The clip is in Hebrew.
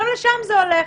גם לשם זה הולך,